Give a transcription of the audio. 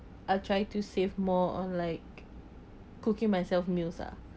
I'll try to save more on like cooking myself meals lah